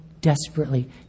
desperately